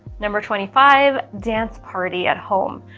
number twenty five dance party at home.